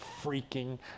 freaking